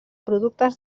productes